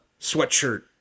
Sweatshirt